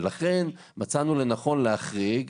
ולכן מצאנו לנכון להחריג,